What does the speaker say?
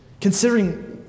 considering